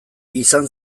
izan